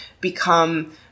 become